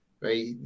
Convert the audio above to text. Right